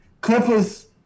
Clippers